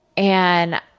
and,